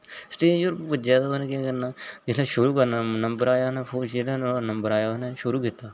stage पर पुज्जेया ते उनें केह् करना जित्थे शुरू करना नोह्ड़ा नंबर आया फोर शीटा नोहड़ा नंबर आया उनें शुरू कीता